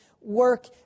work